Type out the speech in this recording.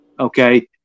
Okay